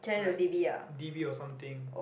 like d_b or something